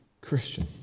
Christian